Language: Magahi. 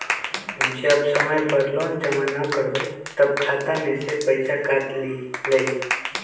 जब समय पर लोन जमा न करवई तब खाता में से पईसा काट लेहई?